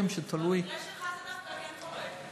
במקרה שלך זה דווקא כן קורה.